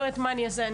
והיא אומרת: מה נעשה,